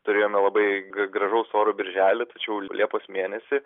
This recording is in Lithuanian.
turėjome labai g gražaus oro birželį tai čia jau liepos mėnesį